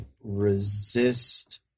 resist